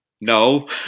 No